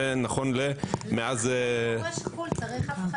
זה נכון מאז --- למה הורה שכול צריך אבחנה?